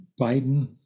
Biden